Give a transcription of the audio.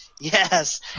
yes